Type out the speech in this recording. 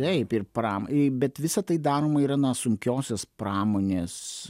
taip ir pramon bet visa tai daroma yra na sunkiosios pramonės